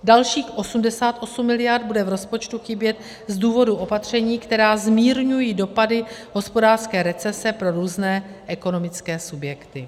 Dalších 88 mld. bude v rozpočtu chybět z důvodu opatření, která zmírňují dopady hospodářské recese pro různé ekonomické subjekty.